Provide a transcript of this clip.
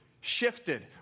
shifted